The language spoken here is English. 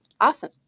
Awesome